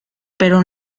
pero